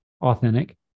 authentic